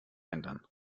ändern